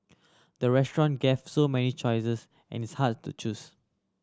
the restaurant gave so many choices and it's hard to choose